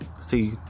See